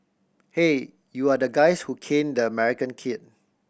hey you are the guys who caned the American kid